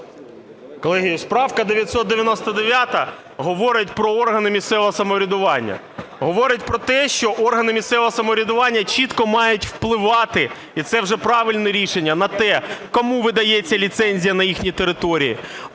Колеги, правка 999 говорить про органи місцевого самоврядування. Говорить про те, що органи місцевого самоврядування чітко мають впливати і це вже правильне рішення на те, кому видається ліцензія на їхні території,